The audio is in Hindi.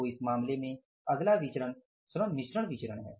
तो इस मामले में अगला विचरण श्रम मिश्रण विचरण है